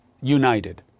United